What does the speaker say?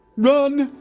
run!